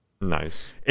Nice